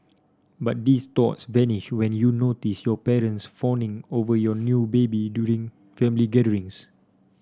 but these thoughts vanished when you notice your parents fawning over your new baby during family gatherings